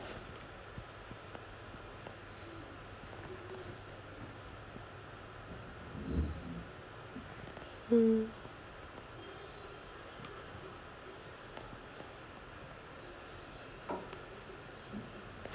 hmm